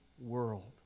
world